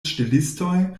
ŝtelistoj